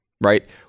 Right